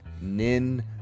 Nin